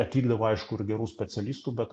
atvykdavo aišku ir gerų specialistų bet